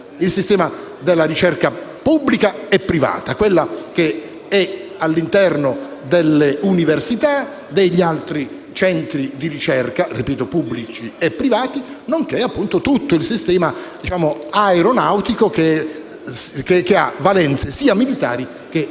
il sistema della ricerca pubblica e privata, quella che è all'interno delle università, dei centri di ricerca, pubblici e privati, nonché tutto il sistema aeronautico che ha valenze sia militari che civili.